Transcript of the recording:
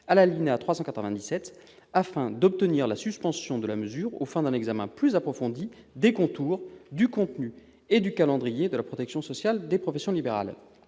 à l'alinéa 397. Le but est d'obtenir la suspension de la mesure aux fins d'un examen plus approfondi des contours, du contenu et du calendrier de la protection sociale des professions libérales.